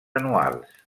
anuals